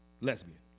lesbian